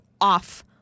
off